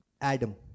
Adam